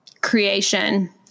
creation